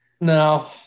No